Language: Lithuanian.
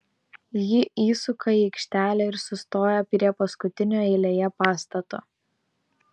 ji įsuka į aikštelę ir sustoja prie paskutinio eilėje pastato